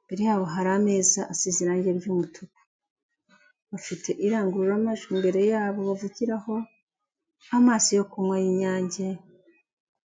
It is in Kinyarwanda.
imbere yabo hari ameza asize irangi ry'umutuku bafite irangururamajwi imbere yabo bavugiraho n' amaso yo kunywa y'i nyange.